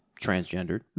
transgendered